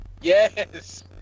Yes